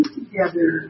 together